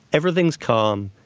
everything's calm.